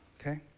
okay